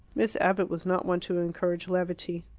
miss abbott was not one to encourage levity.